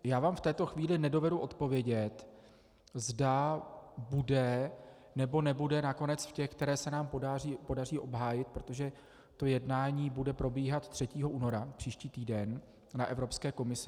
Já vám v této chvíli nedovedu odpovědět, zda bude, nebo nebude nakonec v těch, které se nám podaří obhájit, protože jednání bude probíhat 3. února příští týden na Evropské komisi.